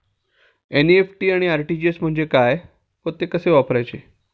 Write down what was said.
NEFT आणि RTGS म्हणजे काय व कसे वापरायचे?